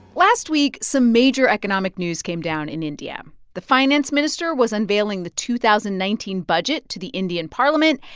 last week, some major economic news came down in india. the finance minister was unveiling the two thousand and nineteen budget to the indian parliament,